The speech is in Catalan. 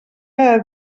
cada